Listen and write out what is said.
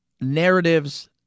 narratives